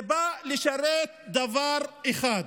זה בא לשרת דבר אחד,